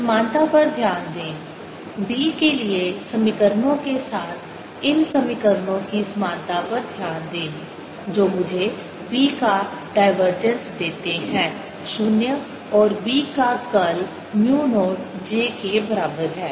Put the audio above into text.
समानता पर ध्यान दें B के लिए समीकरणों के साथ इन समीकरणों की समानता पर ध्यान दें जो मुझे B का डाइवर्जेंस देते हैं 0 और B का कर्ल म्यू नॉट j के बराबर है